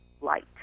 light